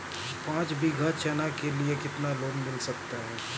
पाँच बीघा चना के लिए कितना लोन मिल सकता है?